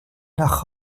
nach